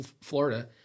Florida